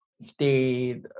stayed